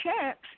checks